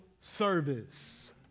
service